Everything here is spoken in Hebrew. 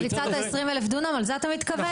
פריצת ה-20 אלף דונם, לזה אתה מתכוון?